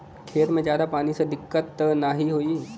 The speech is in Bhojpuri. खेत में ज्यादा पानी से दिक्कत त नाही होई?